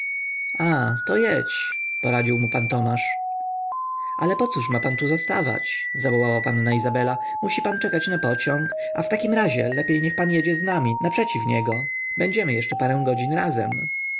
a to jedź poradził mu pan tomasz ale pocóż ma pan tu zostawać zawołała panna izabela musi pan czekać na pociąg a w takim razie lepiej niech pan jedzie z nami naprzeciw niego będziemy jeszcze parę godzin razem